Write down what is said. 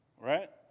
right